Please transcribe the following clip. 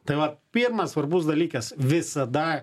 tai vat pirmas svarbus dalykas visada